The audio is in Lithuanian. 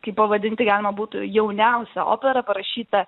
kaip pavadinti galima būtų jauniausią operą parašytą